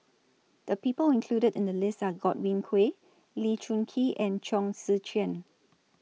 The People included in The list Are Godwin Koay Lee Choon Kee and Chong Tze Chien